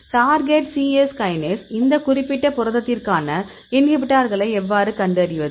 target CS kinase இந்த குறிப்பிட்ட புரதத்திற்கான இன்ஹிபிட்டர்களை எவ்வாறு கண்டறிவது